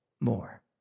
more